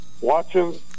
watching